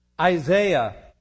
Isaiah